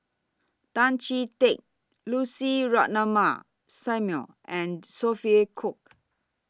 Tan Chee Teck Lucy Ratnammah Samuel and Sophia Cooke